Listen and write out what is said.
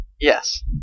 Yes